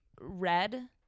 Red